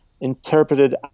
interpreted